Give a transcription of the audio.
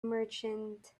merchant